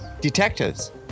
Detectives